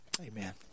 Amen